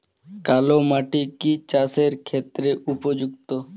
কালো মাটি কি চাষের ক্ষেত্রে উপযুক্ত?